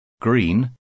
green